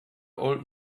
old